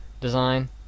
design